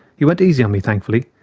he went easy on me, thankfully,